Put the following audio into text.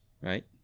Right